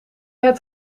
het